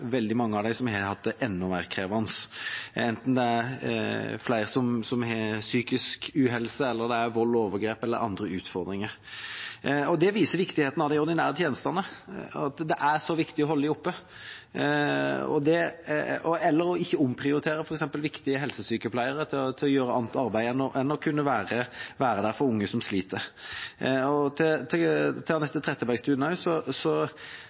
veldig mange av dem som har hatt det enda mer krevende, enten det er flere som har psykisk uhelse, eller det er vold og overgrep eller andre utfordringer. Det viser viktigheten av de ordinære tjenestene, at det er viktig å holde dem oppe, og ikke f.eks. omprioritere viktige helsesykepleiere til å gjøre annet arbeid enn å kunne være der for unge som sliter. Til Anette Trettebergstuen: Jeg synes kommunene har gjort en fantastisk jobb rundt omkring. Ja, det har blitt gjort omprioriteringer, og